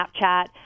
Snapchat